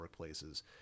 workplaces